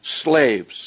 slaves